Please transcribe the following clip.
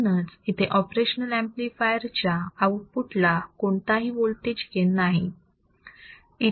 म्हणूनच इथे operational amplifier च्या आउटपुट ला कोणताही वोल्टेज गेन नाही आहे